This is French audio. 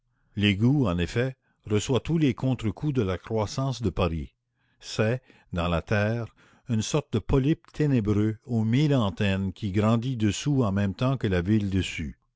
l'égout en effet reçoit tous les contre coups de la croissance de paris c'est dans la terre une sorte de polype ténébreux aux mille antennes qui grandit dessous en même temps que la ville dessus